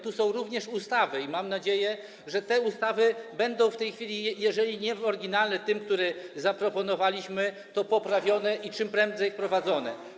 Tu są również ustawy i mam nadzieję, że te ustawy będą w tej chwili, jeżeli nie w kształcie oryginalnym, jaki zaproponowaliśmy, to poprawionym, czym prędzej wprowadzone.